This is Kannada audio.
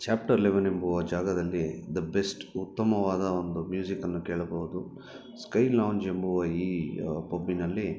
ಚಾಪ್ಟರ್ ಲೆವೆನ್ ಎಂಬುವ ಜಾಗದಲ್ಲಿ ದ ಬೆಸ್ಟ್ ಉತ್ತಮವಾದ ಒಂದು ಮ್ಯೂಸಿಕನ್ನು ಕೇಳಬಹುದು ಸ್ಕೈಲಾಂಜ್ ಎಂಬುವ ಈ ಪಬ್ಬಿನಲ್ಲಿ